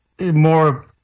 more